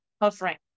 offering